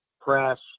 press